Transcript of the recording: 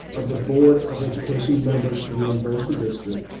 of the board of education member to reimburse the district,